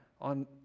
on